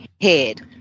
head